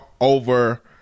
over